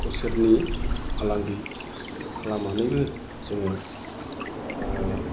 खुसेरनि फालांगि खालामनानैबो जोङो